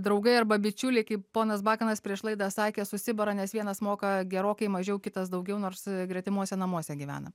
draugai arba bičiuliai kaip ponas bakanas prieš laidą sakė susibara nes vienas moka gerokai mažiau kitas daugiau nors gretimuose namuose gyvena